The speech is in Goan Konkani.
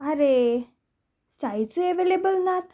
आरे साईजूय एवेलेबल नात